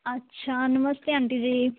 ਅੱਛਾ ਨਮਸਤੇ ਆਂਟੀ ਜੀ